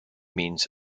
means